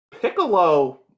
Piccolo